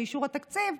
אישור התקציב,